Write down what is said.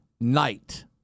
night